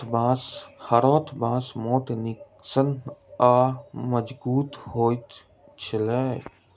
हरोथ बाँस मोट, निस्सन आ मजगुत होइत अछि